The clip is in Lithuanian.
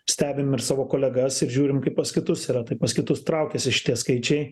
stebim ir savo kolegas ir žiūrim kaip pas kitus yra tai pas kitus traukiasi šitie skaičiai